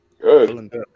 Good